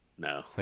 No